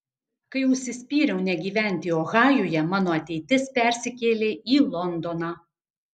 kai užsispyriau negyventi ohajuje mano ateitis persikėlė į londoną